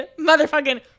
motherfucking